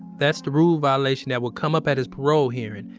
that's the rule violation that will come up at his parole hearing,